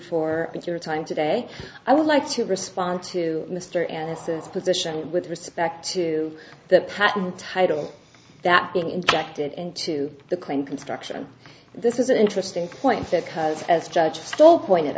for your time today i would like to respond to mr and mrs position with respect to the patent title that being injected into the claim construction this is an interesting point that because as judge still pointed